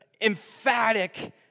emphatic